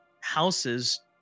houses